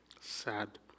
sad